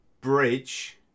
bridge